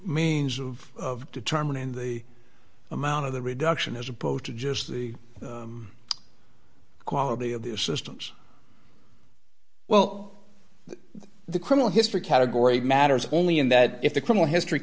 means of determining the amount of the reduction as opposed to just the quality of the systems well the criminal history category matters only in that if the criminal history